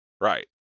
Right